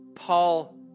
Paul